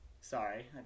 Sorry